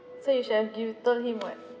so you should have you told him [what]